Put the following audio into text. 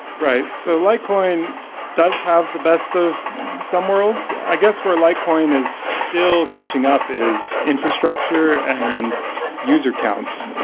right. so litecoin does have the best of some worlds. i guess where litecoin is still catching up is infrastructure and user accounts,